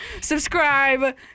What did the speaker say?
Subscribe